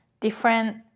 different